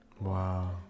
Wow